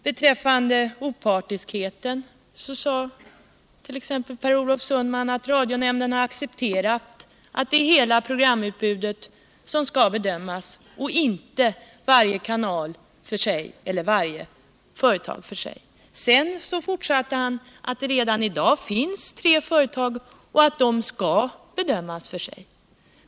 Beträffande opartiskheten sade Per Olof Sundman t.ex. att radionämnden har accepterat att hela programutbudet skall bedömas och inte varje kanal och företag för sig. Därefter sade Per Olof Sundman att det redan i dag finns tre företag och att de skall bedömas för sig.